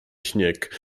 śnieg